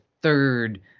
third